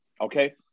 okay